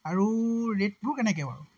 আৰু ৰেটবোৰ কেনেকৈ বাৰু